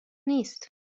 نیست